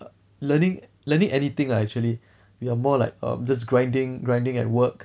learning learning anything lah actually we are more like um just grinding grinding at work